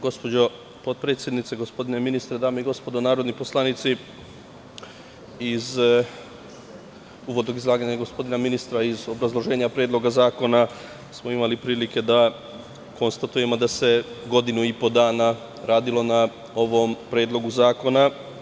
Gospođo potpredsednice, gospodine ministre, dame i gospodo narodni poslanici, iz uvodnog izlaganja gospodina ministra i iz obrazloženja Predloga zakona smo imali prilike da konstatujemo da se godinu i po dana radilo na ovom predlogu zakona.